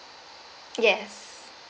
yes